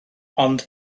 ond